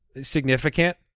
significant